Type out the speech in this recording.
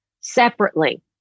separately